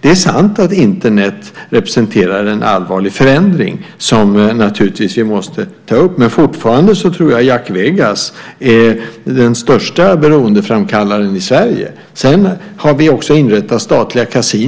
Det är sant att Internet representerar en allvarlig förändring, något som vi naturligtvis måste ta upp. Men fortfarande tror jag att Jack Vegas är den största beroendeframkallaren i Sverige. Sedan har vi ju också inrättat statliga kasinon.